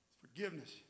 Forgiveness